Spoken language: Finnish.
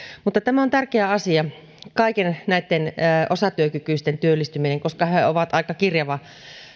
mutta tärkeä asia on kaikkien näitten osatyökykyisten työllistyminen koska he he ovat aika kirjava